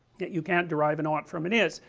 that you cannot derive an ought from an is,